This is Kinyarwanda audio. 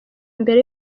mbere